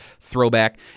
throwback